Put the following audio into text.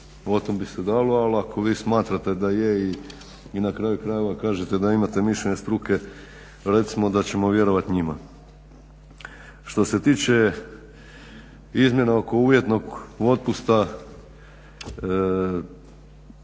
o tom bi se dalo. Ali ako vi smatrate da je i na kraju krajeva kažete da imate mišljenje struke. Recimo da ćemo vjerovati njima. Što se tiče izmjena oko uvjetnog otpusta